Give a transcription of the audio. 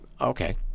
Okay